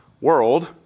world